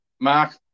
Mark